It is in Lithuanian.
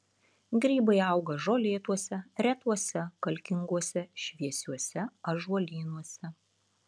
grybai auga žolėtuose retuose kalkinguose šviesiuose ąžuolynuose